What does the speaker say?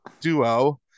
duo